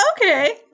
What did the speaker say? Okay